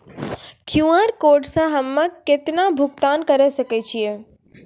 QR code से हम्मय केतना भुगतान करे सके छियै?